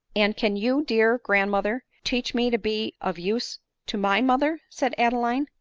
and can you, dear grandmother, teach me to be of use to my mother? said adeline.